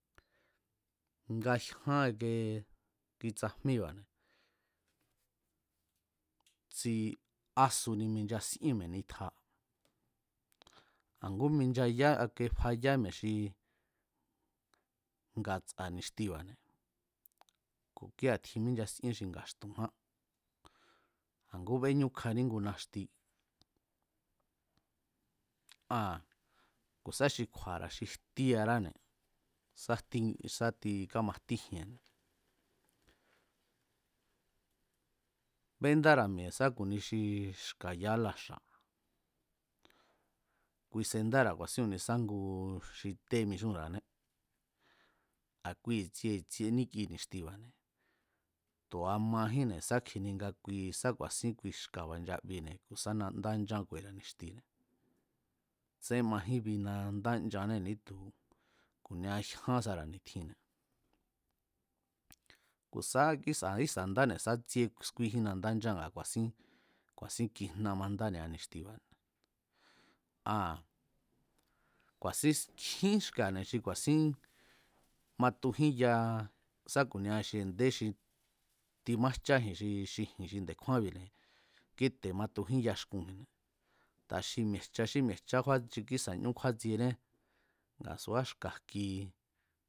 Ngajyán ike ki tsajmíba̱ tsiásuni minchasíén mi̱e̱ nitja a̱ngú minchaya faya mi̱e̱ xi nga̱tsa̱ ni̱xtiba̱ne̱ ku̱ kía̱tjin mínchasíen xi nga̱xtu̱nján a̱ngú beñúkjaní ngu naxti aa̱n ku̱ sa xi kju̱a̱ra̱ xi jtíráne̱ sá jtí sá amajtíjienne̱ béndára̱ mi̱e̱ sá ku̱ni xi xka̱ ya álaxa̱ kui sendára̱ ku̱a̱sí ku̱nisa ngu xi té mixúnra̱ané a̱ kui i̱tsie i̱tsie níki ni̱xtiba̱ne̱, tu̱a majínne̱ sá kjini nga kui sá ku̱a̱sín kui xka̱ba̱ nchabine̱ ku̱sá nandá nchan ku̱e̱ra̱ ni̱xtine̱ tsén majín bi nandá nchannée̱, ni̱ítu̱ ku̱nia jyan sara̱ ni̱tjinne̱ ku̱ sá ísa̱ ísa̱ ndáne̱ sá tsíé skúíjín nandá nchá a̱ ku̱a̱sín kijna mandá ni̱a ni̱xtiba̱ne̱ aa̱n kua̱sín nkjín xka̱ne̱ xi ku̱a̱sín matujín yaa sá ku̱nia xi i̱ndé xi timajcháji̱n xi ji̱n xi nde̱kjúánbi̱ne̱ kíte̱matujín yaxkunji̱nne̱ a̱ta xi mi̱e̱cha xí mi̱e̱jcha xi kísa̱ ñú kjúátsiené a̱ subá xka̱ jki